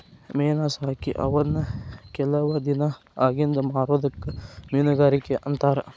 ಮೇನಾ ಸಾಕಿ ಅವನ್ನ ಕೆಲವ ದಿನಾ ಅಗಿಂದ ಮಾರುದಕ್ಕ ಮೇನುಗಾರಿಕೆ ಅಂತಾರ